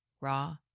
raw